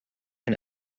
and